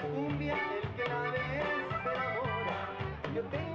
do you think